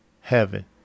heaven